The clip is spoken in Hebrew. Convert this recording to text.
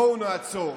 בואו נעצור,